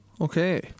Okay